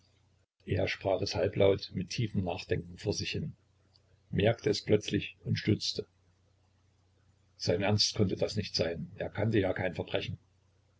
er sprach es halblaut mit tiefem nachdenken vor sich hin merkte es plötzlich und stutzte sein ernst konnte das nicht sein er kannte ja kein verbrechen